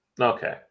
Okay